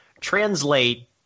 translate